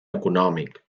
econòmic